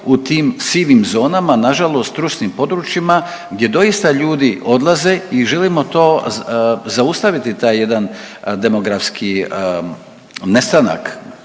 u tim sivim zonama nažalost trusnim područjima gdje doista ljudi odlaze i želimo to, zaustaviti taj jedan demografski nestanak